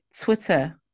Twitter